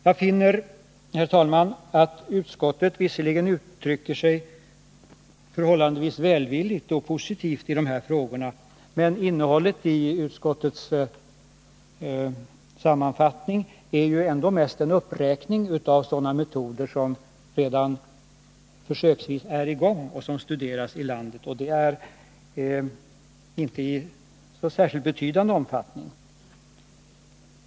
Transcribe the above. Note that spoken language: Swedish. Jag finner, herr talman, att utskottet visserligen har uttryckt sig förhållandevis välvilligt och positivt i dessa frågor, men innehållet i utskottets sammanfattning är ändå mest en uppräkning av sådana metoder som försöksvis redan tillämpas och studeras i landet, dock inte i särskilt betydande omfattning.